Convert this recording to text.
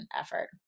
effort